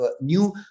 new